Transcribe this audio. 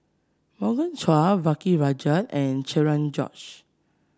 Morgan Chua V K Rajah and Cherian George